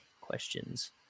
questions